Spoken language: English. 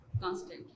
constantly